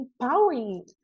empowering